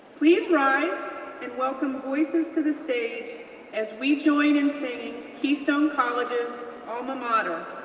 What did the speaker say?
please rise and welcome voices to the stage as we join in singing keystone college's alma mater,